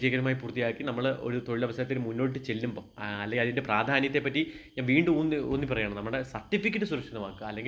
വിജയകരമായി പൂർത്തിയാക്കി നമ്മള് ഒരു തൊഴിലവസരത്തിനു മുന്നോട്ട് ചെല്ലുമ്പോള് അല്ലേ അതിൻ്റെ പ്രാധാന്യത്തെപ്പറ്റി ഞാന് വീണ്ടും ഊന്നി ഊന്നി പറയുകയാണ് നമ്മുടെ സർട്ടിഫിക്കറ്റ് സുരക്ഷിതമാക്കാന് അല്ലെങ്കില്